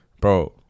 bro